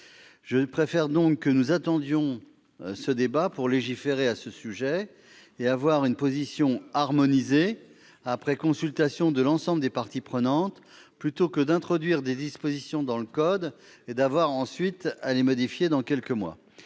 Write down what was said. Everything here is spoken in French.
Je préfère que nous attendions ce débat pour légiférer sur le sujet et avoir une position harmonisée, après consultation de l'ensemble des parties prenantes, plutôt que d'introduire des dispositions dans le code pour les modifier dans quelques mois.